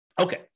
Okay